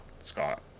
Scott